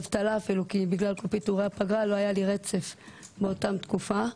אבטלה כי בגלל פיטורי הפגרה לא היה לי רצף באותה תקופה.